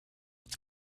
its